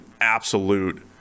absolute